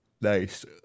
Nice